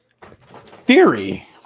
theory